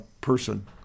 person